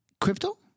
crypto